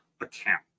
account